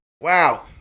Wow